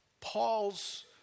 Paul's